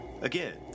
Again